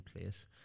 place